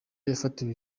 yafatiwe